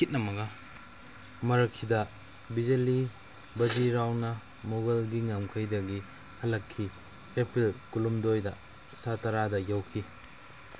ꯇꯤꯠꯅ ꯃꯉꯥ ꯃꯔꯛꯁꯤꯗ ꯕꯤꯖꯂꯤ ꯕꯥꯖꯤꯔꯥꯎꯅ ꯃꯨꯒꯜꯒꯤ ꯉꯝꯈꯩꯗꯒꯤ ꯍꯜꯂꯛꯈꯤ ꯑꯦꯄ꯭ꯔꯤꯜ ꯀꯨꯟꯍꯨꯝꯗꯣꯏꯗ ꯁꯥꯇꯔꯥꯗ ꯌꯧꯈꯤ